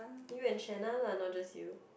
you and lah not just you